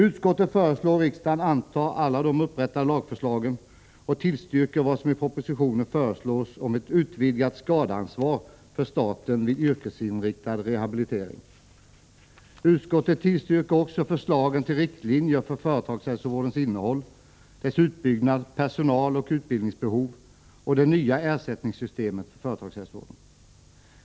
Utskottet föreslår riksdagen att anta alla de upprättade lagförslagen och tillstyrka vad som i propositionen föreslås om ett utvidgat skadeansvar för staten vid yrkesinriktad rehabilitering. Utskottet tillstyrker också förslagen till riktlinjer för företagshälsovårdens innehåll, dess utbyggnad, personaloch utbildningsbehov samt det nya ersättningssystemet för företagshälsovården.